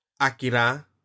Akira